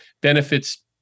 benefits